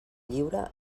lliure